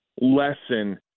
lesson